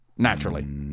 Naturally